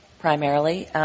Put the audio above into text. primarily